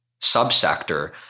subsector